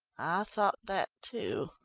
thought that too,